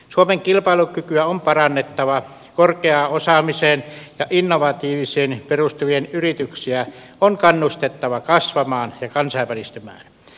suomen kilpailukykyä on parannettava korkeaan osaamiseen ja innovatiivisuuteen perustuvia yrityksiä on kannustettava kasvamaan ja kansainvälistymään